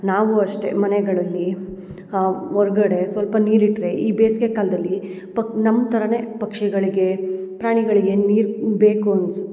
ನಾವು ಅಷ್ಟೆ ಮನೆಗಳಲ್ಲಿ ಹೊರ್ಗಡೆ ಸ್ವಲ್ಪ ನೀರು ಇಟ್ಟರೆ ಈ ಬೇಸ್ಗೆ ಕಾಲದಲ್ಲಿ ಪ ನಮ್ಮ ಥರನೆ ಪಕ್ಷಿಗಳಿಗೆ ಪ್ರಾಣಿಗಳಿಗೆ ನೀರು ಬೇಕು ಅನ್ಸುತ್ತೆ